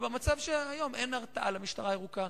במצב של היום אין הרתעה למשטרה הירוקה.